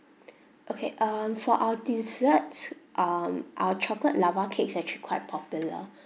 okay um for our desserts um our chocolate lava cake is actually quite popular